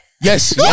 Yes